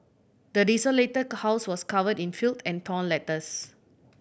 the desolated house was covered in filth and torn letters